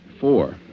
Four